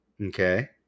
Okay